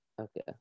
Okay